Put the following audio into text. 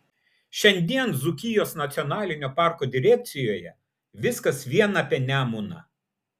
šiandien dzūkijos nacionalinio parko direkcijoje viskas vien apie nemuną